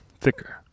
thicker